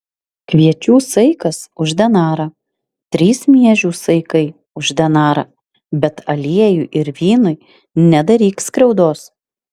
kviečių saikas už denarą trys miežių saikai už denarą bet aliejui ir vynui nedaryk skriaudos